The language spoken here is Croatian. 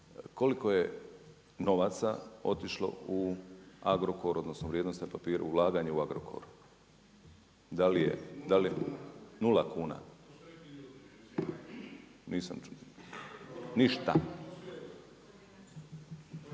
koliko je novaca otišlo u Agrokor odnosno u vrijednosne papire ulaganje u Agrokor? … /Upadica se ne razumije./ … Nula kuna, nisam čuo. Ništa.